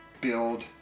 build